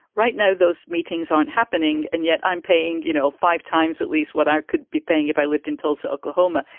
right. no, those meetings aren't happening. and yet i'm paying, you know, five times at least what i could be paying if i lived in tulsa, oklahoma.